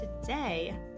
Today